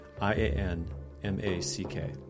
i-a-n-m-a-c-k